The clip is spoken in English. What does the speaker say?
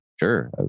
sure